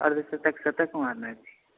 अर्धशतक मारने छी